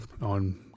on